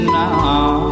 now